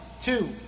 two